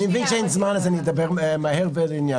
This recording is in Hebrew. אני מבין שאין זמן, אז אדבר מהר ולעניין.